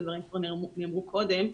הדברים כבר נאמרו קודם.